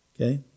Okay